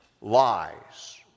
lies